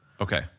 Okay